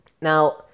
now